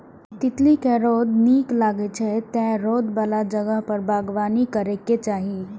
तितली कें रौद नीक लागै छै, तें रौद बला जगह पर बागबानी करैके चाही